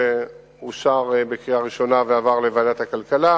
אושר בקריאה ראשונה ועבר לוועדת הכלכלה,